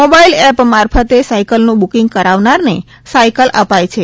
mobile app મારફતે સાયકલનું booking કરાવનારને સાયકલ અપાય છે